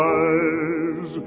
eyes